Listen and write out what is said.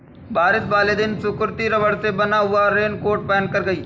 बारिश वाले दिन सुकृति रबड़ से बना हुआ रेनकोट पहनकर गई